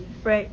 right